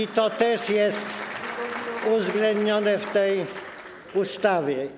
I to też jest uwzględnione w tej ustawie.